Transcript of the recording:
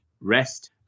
rest